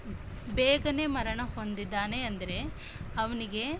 ಬೇಗನೇ ಮರಣ ಹೊಂದಿದ್ದಾನೆ ಅಂದರೆ ಅವನಿಗೆ